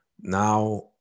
now